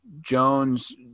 Jones